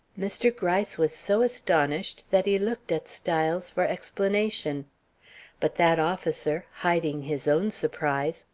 mr. gryce was so astonished that he looked at styles for explanation but that officer, hiding his own surprise,